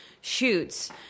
shoots